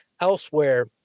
elsewhere